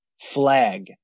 FLAG